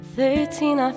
Thirteen